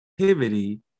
activity